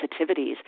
sensitivities